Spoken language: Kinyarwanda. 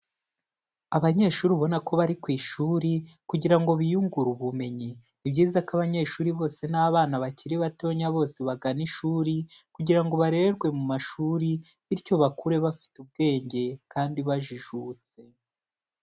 Abanyeshuri ubona ko bari ku ishuri kugira ngo biyungure ubumenyi, ni byiza ko abanyeshuri bose n'abana bakiri batoya bose bagana ishuri kugira ngo barererwe mu mashuri, bityo bakure bafite ubwenge kandi bajijutse.